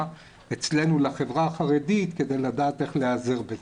אצלנו לחברה החרדית כדי לדעת איך להיעזר בזה.